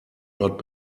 not